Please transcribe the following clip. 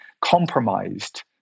compromised